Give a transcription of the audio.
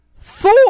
Four